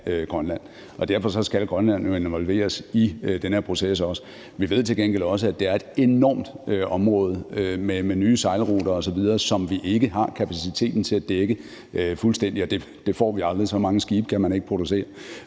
Grønland, og derfor skal Grønland jo også involveres i den her proces. Vi ved til gengæld også, at det er et enormt område med nye sejlruter osv., som vi ikke har kapaciteten til at dække fuldstændig, og det får vi aldrig, for så mange skibe kan man ikke producere.